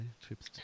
trips